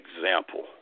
example